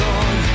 on